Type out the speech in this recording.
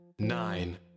Nine